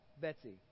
Betsy